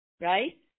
right